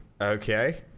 Okay